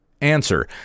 Answer